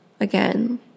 again